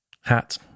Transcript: hat